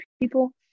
people